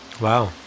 Wow